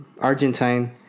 Argentine